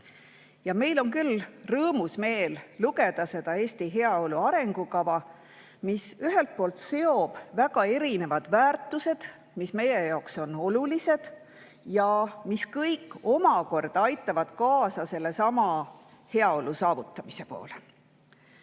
Meil on küll rõõmus meel lugedes seda Eesti heaolu arengukava, mis ühelt poolt seob väga erinevad väärtused, mis meie jaoks on olulised ja mis kõik omakorda aitavad kaasa sellesama heaolu saavutamisele.